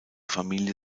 familie